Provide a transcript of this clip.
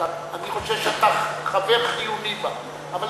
אני חושב שאתה חבר חיוני בה, אבל